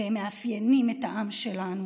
והם מאפיינים את העם שלנו